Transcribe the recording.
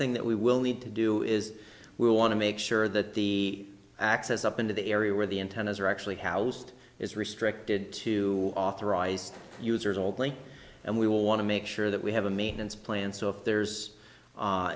thing that we will need to do is we want to make sure that the access up into the area where the intent is are actually housed is restricted to authorized users all place and we will want to make sure that we have a maintenance plan so if there's